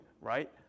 right